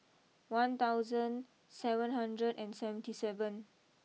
one thousand seven hundred and seventy seven